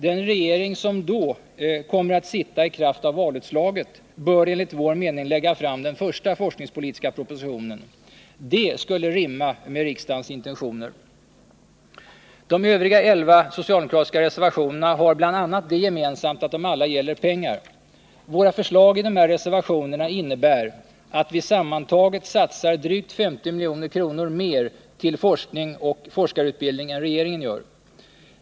Den regering som då kommer att sitta —i kraft av valutslaget — bör enligt vår mening lägga fram den första forskningspolitiska propositionen. Det skulle rimma med riksdagens intentioner. De övriga elva socialdemokratiska reservationerna har bl.a. det gemensamt att de alla gäller pengar. Våra förslag i dessa reservationer innebär att vi sammanlagt satsar drygt 50 milj.kr. mer till forskning och forskarutbildning än regeringen gör.